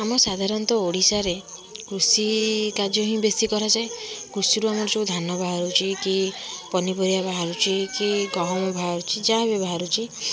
ଆମେ ସାଧାରଣତଃ ଓଡ଼ିଶାରେ କୃଷି କାର୍ଯ୍ୟ ହିଁ ବେଶୀ କରାଯାଏ କୃଷିରୁ ଆମର ଯେଉଁ ଧାନ ବାହାରୁଛି କି ପନିପରିବା ବାହାରୁଛି କି ଗହମ ବାହାରୁଛି ଯାହାବି ବାହାରୁଛି